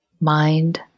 mind